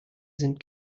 sind